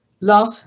Love